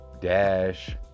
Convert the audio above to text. Dash